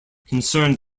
concerned